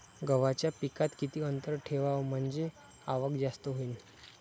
गव्हाच्या पिकात किती अंतर ठेवाव म्हनजे आवक जास्त होईन?